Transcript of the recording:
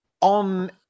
on